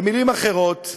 במילים אחרות,